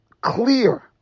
clear